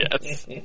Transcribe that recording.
Yes